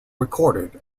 recorded